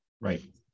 Right